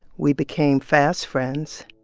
we became fast friends.